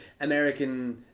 American